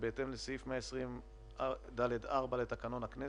בהתאם לסעיף 120(ד)(4) לתקנון הכנסת,